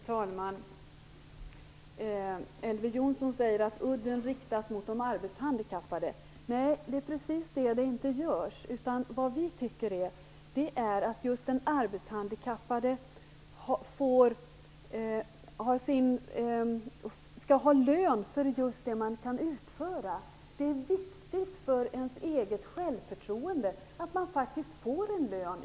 Herr talman! Elver Jonsson säger att udden riktas mot de arbetshandikappade. Det är precis det som inte sker. Vi tycker att den arbetshandikappade skall ha lön för just det man kan utföra. Det är viktigt för ens eget självförtroende att man faktiskt får en lön.